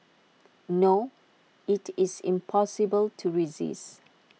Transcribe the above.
no IT is impossible to resist